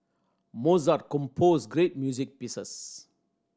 Mozart composed great music pieces